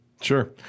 Sure